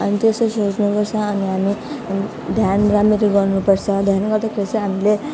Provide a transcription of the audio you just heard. अनि त्यस्तो सोच्नु पर्छ अनि हामी ध्यान राम्ररी गर्नु पर्छ ध्यान गर्दाखेरि चाहिँ हामीले